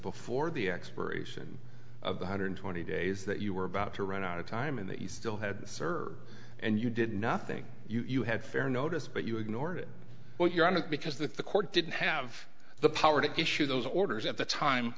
before the expiration of the hundred twenty days that you were about to run out of time and that you still had to serve and you did nothing you had fair notice but you ignored it while you're on it because that the court didn't have the power to issue those orders at the time